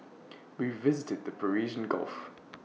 we visited the Persian gulf